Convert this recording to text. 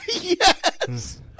Yes